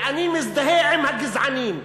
ואני מזדהה עם הגזענים.